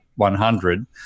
100